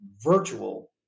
virtual